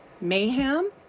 mayhem